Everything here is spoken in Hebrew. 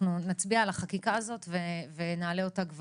נצביע על החקיקה הזאת ונעלה אותה,